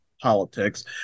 politics